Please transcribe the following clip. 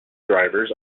drivers